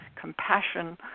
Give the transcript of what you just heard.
compassion